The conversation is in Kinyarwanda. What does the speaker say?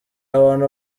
abantu